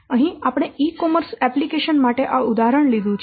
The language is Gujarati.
અહીં આપણે ઇ કોમર્સ એપ્લિકેશન માટે આ ઉદાહરણ લીધું છે